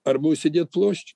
arba užsidėti ploščių